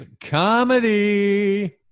Comedy